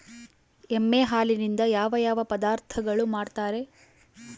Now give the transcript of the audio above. ಎಮ್ಮೆ ಹಾಲಿನಿಂದ ಯಾವ ಯಾವ ಪದಾರ್ಥಗಳು ಮಾಡ್ತಾರೆ?